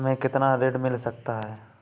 हमें कितना ऋण मिल सकता है?